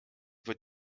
wird